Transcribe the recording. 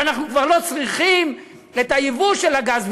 שאנחנו כבר לא צריכים יבוא של גז.